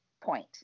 point